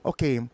Okay